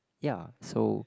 ya so